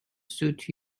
suit